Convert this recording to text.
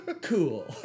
Cool